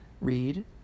read